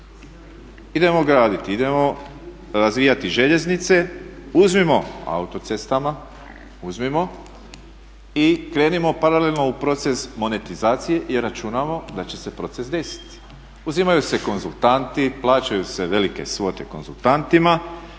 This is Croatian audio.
idemo graditi, idemo razvijati željeznice, uzmimo autocestama, uzmimo i krenimo paralelno u proces monetizacije i računamo da će se proces desiti. Uzimaju se konzultanti, plaćaju se velike svote konzultantima,